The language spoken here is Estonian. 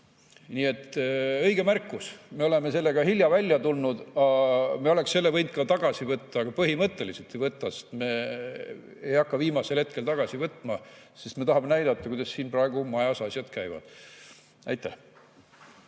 Nii et õige märkus. Me oleme sellega hilja välja tulnud. Me oleksime võinud selle ka tagasi võtta, aga põhimõtteliselt ei võta, sest me ei hakka viimasel hetkel tagasi võtma, me tahame näidata, kuidas siin majas praegu asjad käivad. Kalle